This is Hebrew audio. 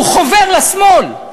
הוא חובר לשמאל,